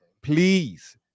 Please